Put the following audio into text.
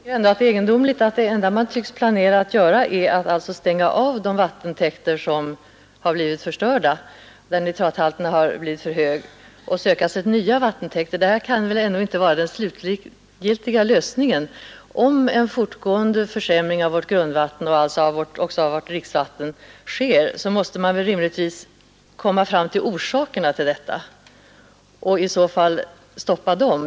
Fru talman! Det är ändå egendomligt att det enda man tycks planera att göra är att stänga av de vattentäkter som förstörts genom att nitrathalten blivit för hög och söka sig till nya vattentäkter. Det kan väl ändå inte vara den slutgiltiga lösningen. Om vårt grundvatten och alltså också vårt dricksvatten fortgående försämras måste man rimligtvis söka orsakerna därtill och angripa dem.